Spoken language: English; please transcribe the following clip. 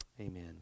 amen